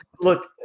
Look